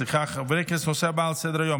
הנושא הבא על סדר-היום,